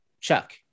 Chuck